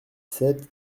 sept